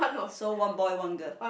so one boy one girl